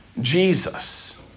Jesus